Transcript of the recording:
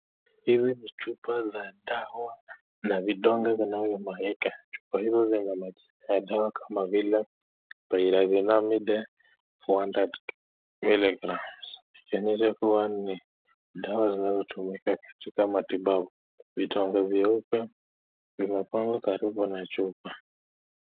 Hizi ni chupa za dawa na vidonge vinavyomwagika. Chupa hizo zina majina ya dawa kama vile pyrazinamide four hundred milligrams . Ikionyesha kuwa ni dawa zinazotumika katika matibabu. Vidonge vyeupe vimepangwa karibu na chupa.